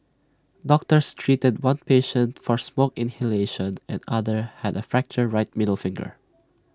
doctors treated one patient for smoke inhalation and another had A fractured right middle finger